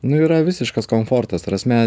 nu yra visiškas komfortas ta prasme